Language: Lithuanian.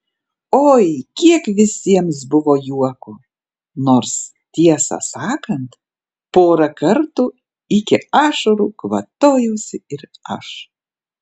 oi kiek visiems buvo juoko nors tiesą sakant porą kartų iki ašarų kvatojausi ir aš